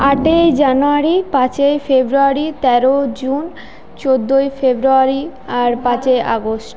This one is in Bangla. আটই জানুয়ারি পাঁচই ফেব্রুয়ারি তেরো জুন চোদ্দোই ফেব্রুয়ারি আর পাঁচই আগস্ট